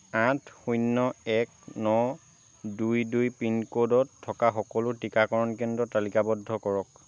আঠ শূন্য এক ন দুই দুই পিনক'ডত থকা সকলো টিকাকৰণ কেন্দ্ৰ তালিকাবদ্ধ কৰক